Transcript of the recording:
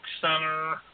Center